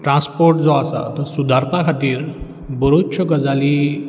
transport जो आसा तो सुदारपा खातीर बरोतश्यो गजाली